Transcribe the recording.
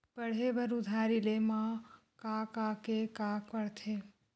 पढ़े बर उधारी ले मा का का के का पढ़ते?